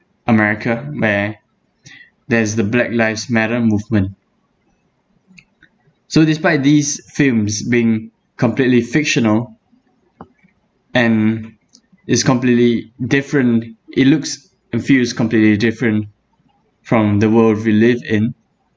america where there is the black lives matter movement so despite these films being completely fictional and is completely different it looks and feels completely different from the world we live in